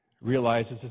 realizes